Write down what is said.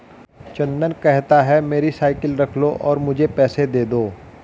चंदन कहता है, मेरी साइकिल रख लो और मुझे पैसे दे दो